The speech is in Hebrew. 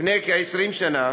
לפני כ-20 שנה